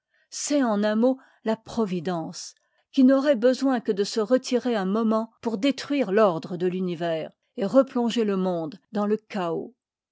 c'est en un mot la providence qui n'auroit besoin que de se retirer un moment pour détruire l'ordre de l'univers el replonger le monde dans le chaos